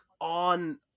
on